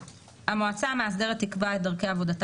(ד)"המועצה המאסדרת תקבע את דרכי עבודתה